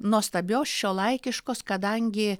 nuostabios šiuolaikiškos kadangi